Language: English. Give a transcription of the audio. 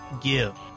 give